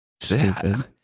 Stupid